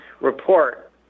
report